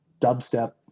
dubstep